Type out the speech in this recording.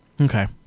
Okay